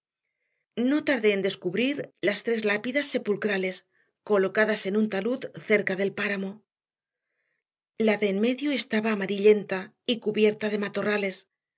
no tardé en descubrir las tres lápidas sepulcrales colocadas en un talud cerca del páramo la de en medio estaba amarillenta y cubierta de matorrales